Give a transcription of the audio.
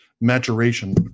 maturation